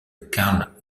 karl